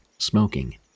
Smoking